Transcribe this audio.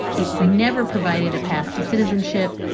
it never provided a path to citizenship.